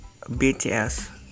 BTS